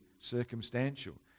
circumstantial